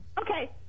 Okay